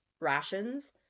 rations